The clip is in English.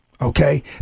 Okay